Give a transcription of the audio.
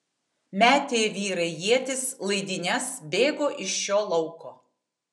metė vyrai ietis laidynes bėgo iš šio lauko